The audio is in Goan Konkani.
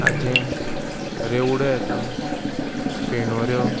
खाजें रेवड्यो येता फेणोऱ्यो